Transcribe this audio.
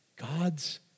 God's